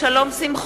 בהצבעה שלום שמחון,